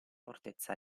fortezza